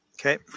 Okay